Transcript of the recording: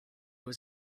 was